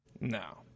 no